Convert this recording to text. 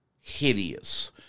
hideous